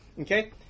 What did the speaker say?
Okay